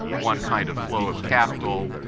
one kind of flow of capital,